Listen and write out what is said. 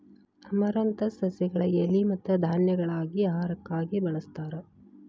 amaranthus ಸಸಿಗಳ ಎಲಿ ಮತ್ತ ಧಾನ್ಯಗಳಾಗಿ ಆಹಾರಕ್ಕಾಗಿ ಬಳಸ್ತಾರ